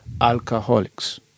Alcoholics